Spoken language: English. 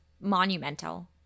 monumental